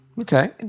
Okay